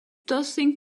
tossing